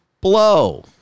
blow